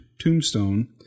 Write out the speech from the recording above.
Tombstone